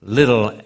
little